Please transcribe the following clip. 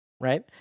right